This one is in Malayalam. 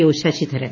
ഒ ശശിധരൻ